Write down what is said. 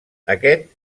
aquest